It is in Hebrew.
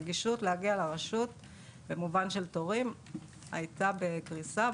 הנגישות להגיע לרשות במובן של תורים היתה בקריסה,